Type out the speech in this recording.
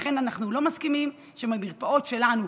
ולכן אנחנו לא מסכימים שלמרפאות שלנו,